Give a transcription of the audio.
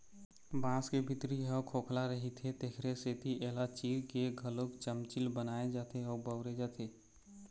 बांस के भीतरी ह खोखला रहिथे तेखरे सेती एला चीर के घलोक चमचील बनाए जाथे अउ बउरे जाथे